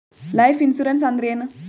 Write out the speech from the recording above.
Life insurance ಅಂದ್ರ ಏನ?